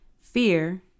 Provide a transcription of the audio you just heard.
fear